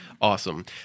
Awesome